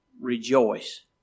Rejoice